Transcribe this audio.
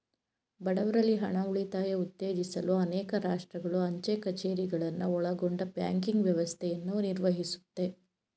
ಬಡವ್ರಲ್ಲಿ ಹಣ ಉಳಿತಾಯ ಉತ್ತೇಜಿಸಲು ಅನೇಕ ರಾಷ್ಟ್ರಗಳು ಅಂಚೆ ಕಛೇರಿಗಳನ್ನ ಒಳಗೊಂಡ ಬ್ಯಾಂಕಿಂಗ್ ವ್ಯವಸ್ಥೆಯನ್ನ ನಿರ್ವಹಿಸುತ್ತೆ